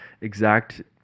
exact